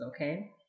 okay